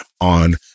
on